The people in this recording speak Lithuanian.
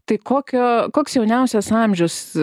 tai kokio koks jauniausias amžius